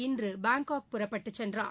இன்று பாங்காக் புறப்பட்டு சென்றார்